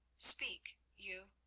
speak you,